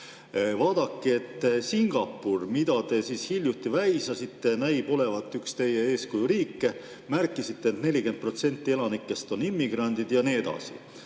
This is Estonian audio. Vaadake, Singapur, mida te hiljuti väisasite, näib olevat üks teie eeskujuriike. Märkisite, et 40% elanikest on seal immigrandid ja nii edasi.